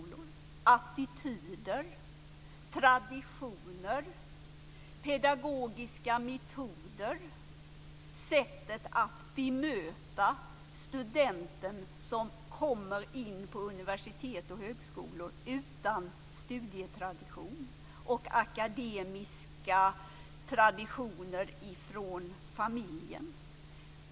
Det handlar då om attityder, traditioner, pedagogiska metoder, sättet att bemöta den student som kommer in på universitet och högskola utan studietradition och akademiska traditioner från familjen.